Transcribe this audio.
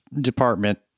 department